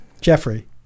Jeffrey